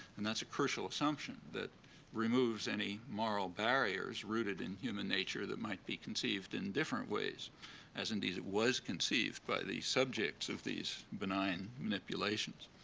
and that's a crucial assumption that removes any moral barriers rooted in human nature that might be conceived in different ways as, indeed, it was conceived by the subjects of these benign manipulations.